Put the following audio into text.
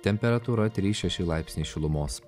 temperatūra trys šeši laipsniai šilumos